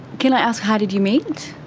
can i ask, how did you meet?